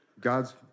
God's